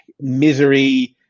misery